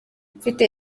mfite